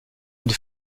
une